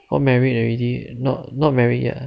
married already not not marry yet ah